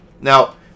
Now